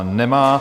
Nemá.